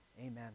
amen